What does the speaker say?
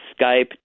skype